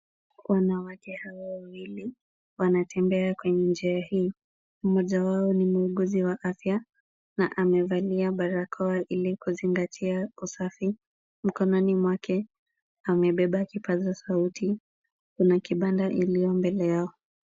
Wanawake hawa wawili wanatembea kwenye njia hii. Mmoja wao ni muuguzi wa afya na amevalia barakoa ili kuzingatia usafi. Mkononi mwake amebeba kipaza sauti. Kuna kibanda iliyo mbele yao.